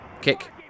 Kick